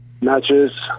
matches